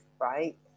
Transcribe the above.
right